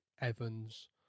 Evans